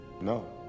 No